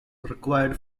required